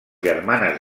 germanes